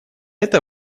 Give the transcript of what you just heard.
это